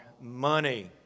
money